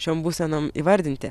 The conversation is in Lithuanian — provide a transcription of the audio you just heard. šiom būsenom įvardinti